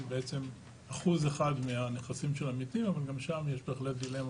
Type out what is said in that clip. שהיא בעצם אחוז אחד מהסוכנות של עמיתים אבל גם שם יש דילמות